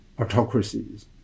autocracies